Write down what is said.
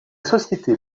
société